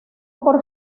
por